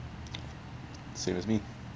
same as me